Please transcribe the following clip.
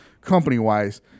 company-wise